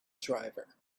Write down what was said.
driver